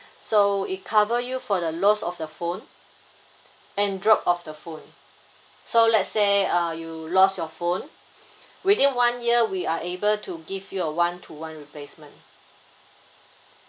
so it cover you for the lost of the phone and drop of the phone so let's say uh you lost your phone within one year we are able to give you a one to one replacement